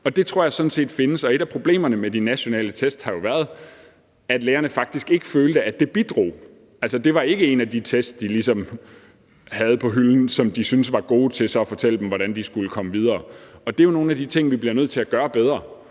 Jeg tror sådan set det findes, men et af problemerne med de nationale test har jo været, at lærerne faktisk ikke følte, at det bidrog; det var ikke nogle af de test, de havde på hylden, som de syntes var gode til at fortælle dem, hvordan de skulle komme videre. Det er jo nogle af de ting, vi bliver nødt til at gøre bedre.